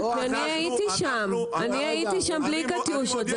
אני הייתי שם בלי קטיושות,